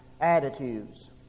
attitudes